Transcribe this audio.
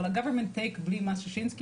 אבל ה- government takeבלי מס שישינסקי,